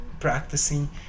practicing